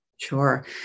Sure